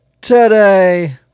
Today